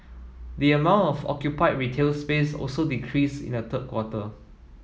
the amount of occupied retail space also decreased in the third quarter